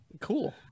Cool